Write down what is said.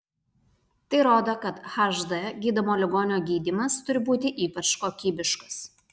tai rodo kad hd gydomo ligonio gydymas turi būti ypač kokybiškas